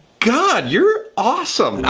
god, you're awesome!